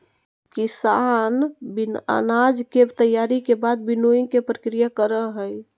किसान अनाज के तैयारी के बाद विनोइंग के प्रक्रिया करई हई